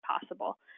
possible